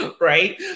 Right